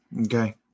Okay